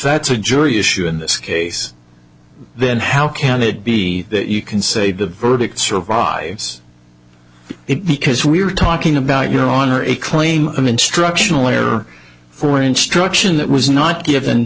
that's a jury issue in this case then how can it be that you can say the verdict survives it because we are talking about your honor a claim an instructional layer for instruction that was not given